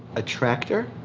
a tractor?